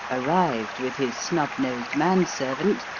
arrived with his snubnosed manservant,